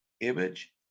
image